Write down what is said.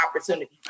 opportunity